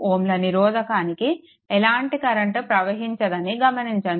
5Ω నిరోధకానికి ఎలాంటి కరెంట్ ప్రవహించదని గమనించండి